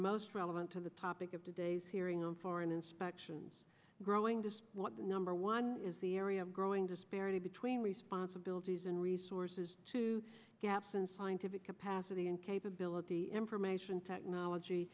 most relevant to the topic of today's hearing on foreign inspections growing to number one is the area of growing disparity between responsibilities and resources to gaps in scientific capacity and capability information technology